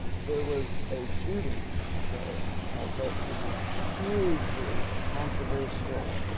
there was a shooting there that was a hugely controversial